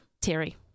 Terry